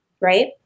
right